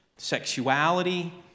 sexuality